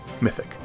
mythic